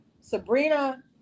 Sabrina